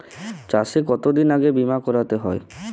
চাষে কতদিন আগে বিমা করাতে হয়?